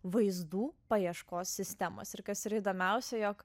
vaizdų paieškos sistemos ir kas yra įdomiausia jog